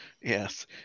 Yes